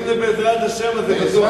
אם זה בעזרת השם אז זה בסדר.